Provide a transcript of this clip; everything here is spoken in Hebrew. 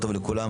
לכולם,